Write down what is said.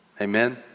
Amen